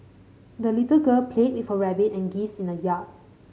the little girl played with her rabbit and geese in the yard